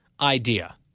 idea